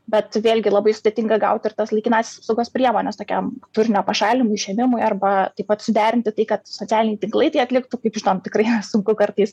bet vėlgi labai sudėtinga gauti ir tas laikinąsias apsaugos priemones tokiam turinio pašalinimui išėmimui arba taip pat suderinti tai kad socialiniai tinklai tai atliktų kaip žinom tikrai sunku kartais